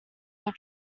your